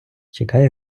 чекає